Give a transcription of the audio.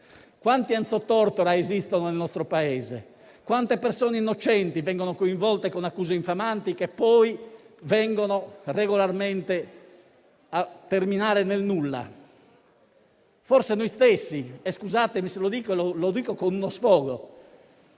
Quanti Enzo Tortora esistono nel nostro Paese? Quante persone innocenti vengono coinvolte con accuse infamanti, che poi vengono regolarmente a terminare nel nulla? Forse noi stessi e scusatemi se lo dico con uno sfogo...